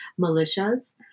militias